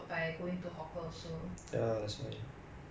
okay lah 肮脏是肮脏 lah but it's a bit like